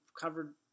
covered